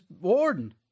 warden